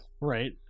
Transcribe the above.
Right